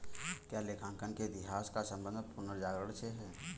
क्या लेखांकन के इतिहास का संबंध पुनर्जागरण से है?